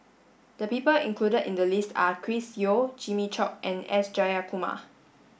the people included in the list are Chris Yeo Jimmy Chok and S Jayakumar